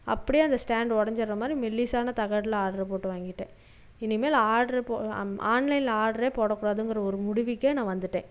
அப்படியே அந்த ஸ்டேண்டு ஒடஞ்சுடுறமாரி மெல்லிசான தகடில் ஆர்டர் போட்டு வாங்கிட்டேன் இனி மேல் ஆர்டர் ஆன்லைனில் ஆர்டரே போடக்கூடாதுங்கிற ஒரு முடிவுக்கு நான் வந்துட்டேன்